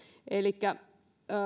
elikkä